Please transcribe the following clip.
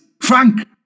Frank